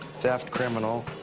theft criminal,